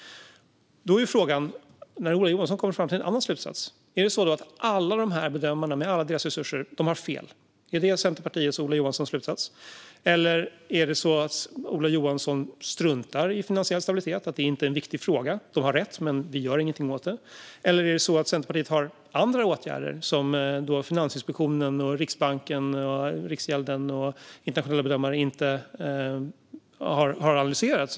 När Ola Johansson kommer fram till en annan slutsats är frågan om alla de här bedömarna, med alla deras resurser, har fel. Är det Centerpartiets och Ola Johanssons slutsats? Eller struntar Ola Johansson i finansiell stabilitet? Han tycker kanske inte att det är en viktig fråga; de har alltså rätt, men vi ska inte göra någonting åt det. Eller har Centerpartiet förslag på andra åtgärder som Finansinspektionen, Riksbanken, Riksgälden och internationella bedömare inte har analyserat?